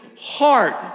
heart